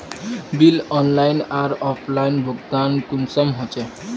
Bill online आर offline भुगतान कुंसम होचे?